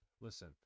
listen